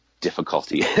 difficulty